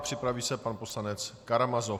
Připraví se pan poslanec Karamazov.